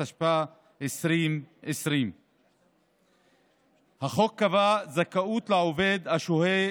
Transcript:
התשפ"א 2020. החוק קבע זכאות לעובד השוהה